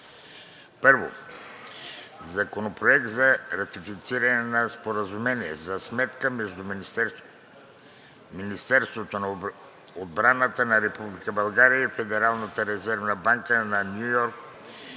„1. Законопроект за ратифициране на Споразумение за сметка между Министерството на отбраната на Република България и Федералната резервна банка на Ню Йорк